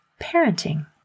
parenting